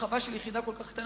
הרחבה של יחידה כל כך קטנה,